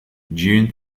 dune